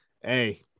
Hey